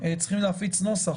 צריכים להפיץ נוסח,